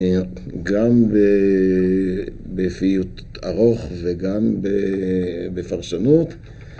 גם בפיוט ארוך וגם בפרשנות...